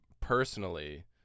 personally